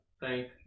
Thank